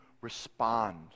respond